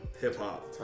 Hip-hop